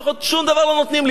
שום דבר לא נותנים לי,